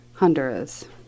Honduras